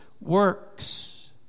works